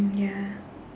mm ya